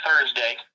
Thursday